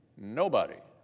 nobody,